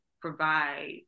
provide